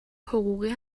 حقوقی